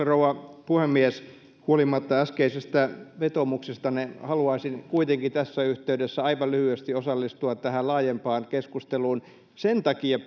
rouva puhemies huolimatta äskeisestä vetoomuksestanne haluaisin kuitenkin tässä yhteydessä aivan lyhyesti osallistua tähän laajempaan keskusteluun sen takia